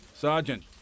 Sergeant